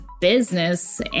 business